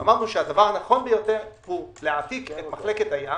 אמרנו שהכי נכון להעתיק את מחלקת הים